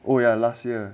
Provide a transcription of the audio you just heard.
oh yah last year